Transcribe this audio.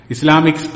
Islamic